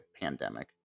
pandemic